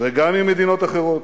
וגם עם מדינות אחרות.